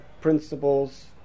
principles